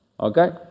okay